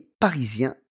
parisien